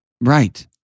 Right